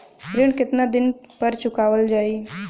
ऋण केतना दिन पर चुकवाल जाइ?